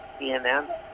CNN